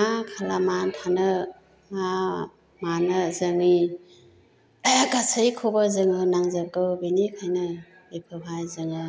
मा खालामानै थानो ना मानो जोंनि गासैखौबो जोङो नांजोबगौ बेनिखायनो बेखौहाय जोङो